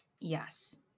Yes